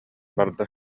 барда